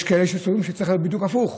יש כאלה שסוברים שצריך להיות בדיוק הפוך: